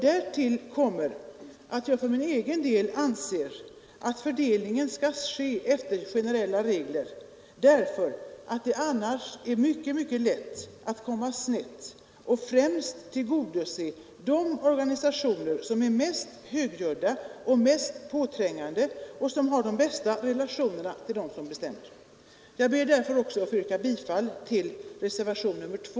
Därtill kommer att jag för egen del anser att fördelningen skall ske efter de generella reglerna därför att det annars är mycket lätt att komma snett och främst tillgodose de organisationer som är mest högljudda och påträngande och som har de bästa relationer med dem som bestämmer. Jag ber alltså att få yrka bifall också till reservationen 2.